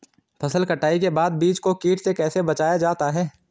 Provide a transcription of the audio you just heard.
फसल कटाई के बाद बीज को कीट से कैसे बचाया जाता है?